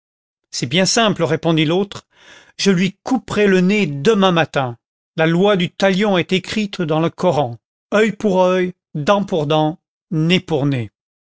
c'est bien simple répondit l'autre je lui couperai le nez demain matin la loi du talion est écrite dans le koran œil pour œil dent pour dent nez pour nez